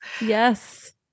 Yes